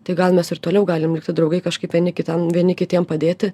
tai gal mes ir toliau galim likti draugai kažkaip vieni kitam vieni kitiem padėti